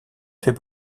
fait